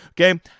okay